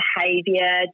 behaviour